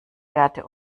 werte